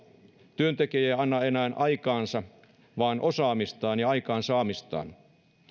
työntekijä ei anna enää aikaansa vaan osaamistaan ja aikaansaamistaan